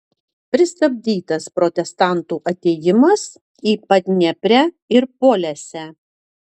pristabdytas protestantų atėjimas į padneprę ir polesę